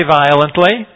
violently